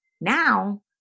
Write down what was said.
Now